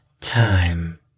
time